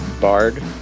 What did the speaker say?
Bard